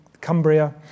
Cumbria